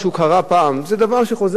זה דבר שחוזר על עצמו מפעם לפעם.